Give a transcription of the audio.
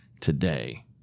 today